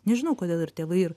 nežinau kodėl ir tėvai ir